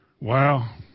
Wow